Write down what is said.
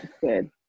Good